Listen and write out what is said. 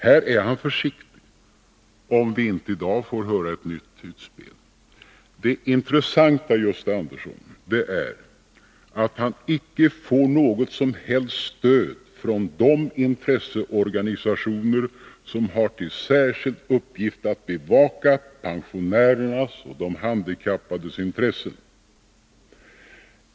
Här är han försiktig — om vi inte i dag Nr 49 får höra ett nytt utspel. Torsdagen den Intressant är att Gösta Andersson icke får något som helst stöd från de 10 december 1981 intresseorganisationer som har till särskild uppgift att bevaka pensionärernas. = och de handikappades intressen.